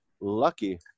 lucky